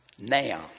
now